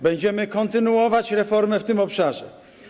Będziemy kontynuować reformę w tym obszarze.